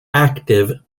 active